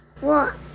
Walk